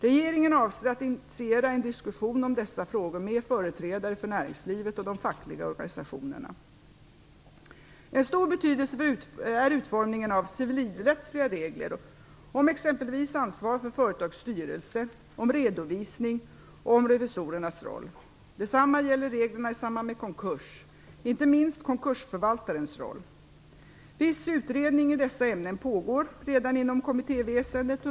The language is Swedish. Regeringen avser att initiera en diskussion om dessa frågor med företrädare för näringslivet och de fackliga organisationerna. Av stor betydelse är utformningen av civilrättsliga regler om exempelvis ansvar för företags styrelse, om redovisning och om revisorernas roll. Detsamma gäller reglerna i samband med konkurs, inte minst konkursförvaltarens roll. Viss utredning i dessa ämnen pågår redan inom kommittéväsendet.